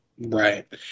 Right